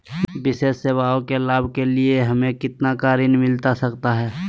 विशेष सेवाओं के लाभ के लिए हमें कितना का ऋण मिलता सकता है?